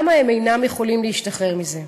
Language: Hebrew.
הם אינם יכולים להשתחרר מזה.